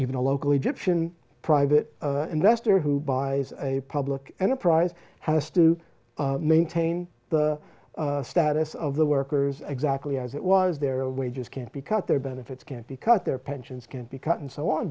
even a local egyptian private investor who buys a public enterprise has to maintain the status of the workers exactly as it was their wages can't be cut their benefits can't because their pensions can't be cut and so on